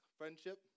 friendship